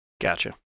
Gotcha